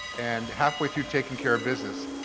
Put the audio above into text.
and, halfway through takin' care of business,